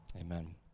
Amen